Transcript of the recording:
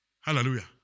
Hallelujah